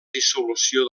dissolució